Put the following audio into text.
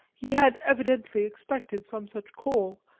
he had evidently expected some such call,